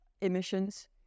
emissions